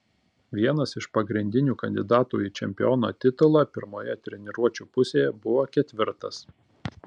vienas iš pagrindinių kandidatų į čempiono titulą pirmoje treniruočių pusėje buvo ketvirtas